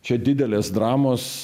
čia didelės dramos